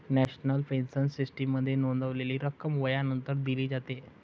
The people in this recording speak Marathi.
नॅशनल पेन्शन सिस्टीममध्ये नोंदवलेली रक्कम वयानंतर दिली जाते